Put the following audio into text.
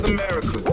America